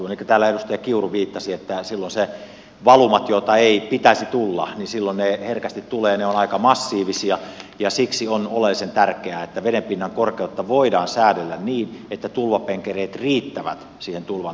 elikkä täällä edustaja kiuru viittasi että silloin ne valumat joita ei pitäisi tulla herkästi tulevat ne ovat aika massiivisia ja siksi on oleellisen tärkeää että vedenpinnan korkeutta voidaan säädellä niin että tulvapenkereet riittävät siihen tulvan torjuntaan